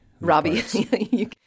Robbie